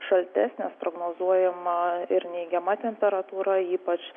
šaltesnės prognozuojama ir neigiama temparatūra ypač